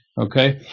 okay